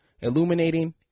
illuminating